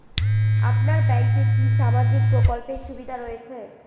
আপনার ব্যাংকে কি সামাজিক প্রকল্পের সুবিধা রয়েছে?